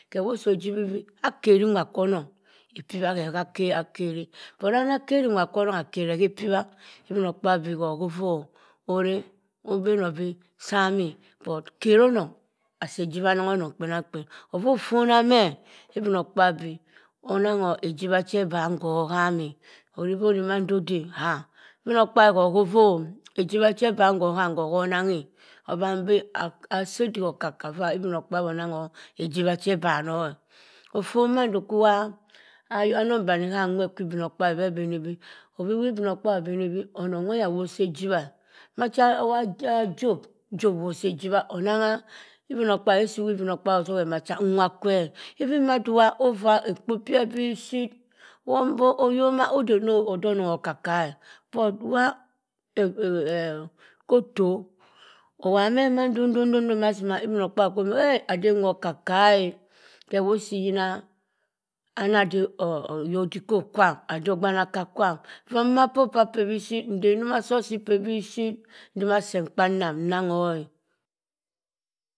Keh wusi ujiwibi akeri nwa kwo onung epiwa heh ha akeri but anah keri nwa kwu onung akereh keh epiwa obino kpabi beh koh ofoh ore obeno bo sam- eh but kero onung asi isibah aneng onung kpenang kpen moh funam eh obinokpabi onungho isibak che eban hoham eh ariman do- deh obinokpabi heh hoh ofuh ijibah che oban hoham hoh obeng eh obanbeh asi udike oko- kka fah obinokpabi onangho inibah che ebanoh ofun madu uhuwa ayonbene hah nwer soh obinokpabi beh ebinibeh oboh obinokpabi obenibi onun weyah osi ijibah ma cha job job usi ijibah onengha obino kpabi esi obinokpabi oteghe ma cha nwa kweh even madu ah ovah ekpo peh bi ship wom boh oyoma uduh oneng oka- kka- but wah kuh toh awamma ndondo ndo atima obinokpabi okwo obenbe eh ade nwo oka- kka keh owusi nyena ana adeh oyodikop kwam ode ogbanaka kwam eva mah poh pah apebi ship nten numa susa epe esi ship ntima seh emkpanem naho he.